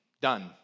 Done